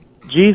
Jesus